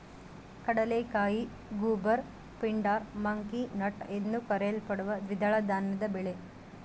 ಕಡಲೆಕಾಯಿ goober pindar monkey nut ಎಂದೂ ಕರೆಯಲ್ಪಡುವ ದ್ವಿದಳ ಧಾನ್ಯದ ಬೆಳೆ